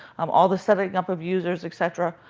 um all the setting up of users, et cetera.